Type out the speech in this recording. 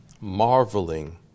marveling